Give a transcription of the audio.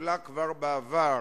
כתב על כך,